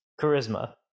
Charisma